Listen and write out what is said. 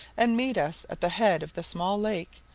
and meet us at the head of the small lake,